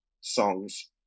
songs